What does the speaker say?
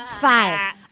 five